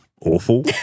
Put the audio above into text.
awful